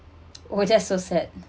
oh that's so sad